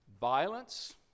violence